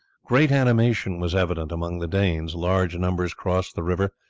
great animation was evident among the danes, large numbers crossed the river,